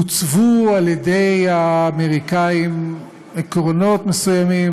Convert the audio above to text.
הוצבו על-ידי האמריקנים עקרונות מסוימים,